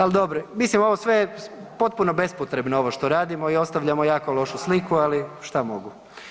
Al dobro, mislim ovo sve je potpuno bespotrebno ovo što radimo i ostavljamo jako lošu sliku, ali šta mogu.